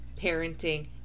parenting